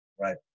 right